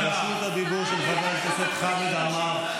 רשות הדיבור היא של חבר הכנסת חמד עמאר,